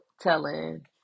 telling